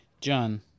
John